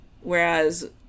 whereas